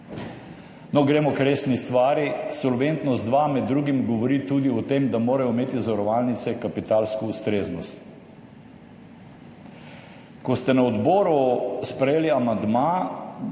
No, gremo k resni stvari. Solventnost 2 med drugim govori tudi o tem, da morajo imeti zavarovalnice kapitalsko ustreznost. Ko ste na odboru sprejeli amandma,